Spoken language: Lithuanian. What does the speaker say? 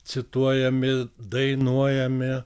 cituojami dainuojami